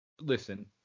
listen